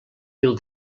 mil